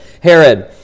Herod